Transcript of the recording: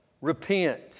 repent